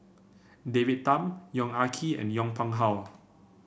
David Tham Yong Ah Kee and Yong Pung How